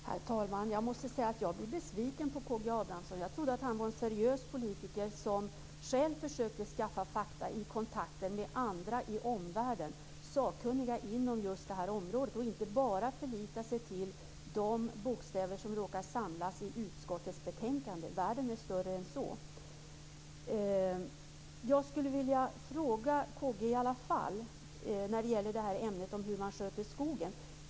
Herr talman! Jag måste säga att jag blir besviken på K G Abramsson. Jag trodde att han var en seriös politiker som själv försökte ta fram fakta i kontakter med andra i omvärlden, med sakkunniga inom det här området och inte bara förlitade sig på den text som råkar finnas i utskottets betänkande. Världen är större än så. Jag vill fråga K G Abramsson om hur man sköter skogen.